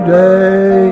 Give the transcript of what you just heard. day